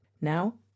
Now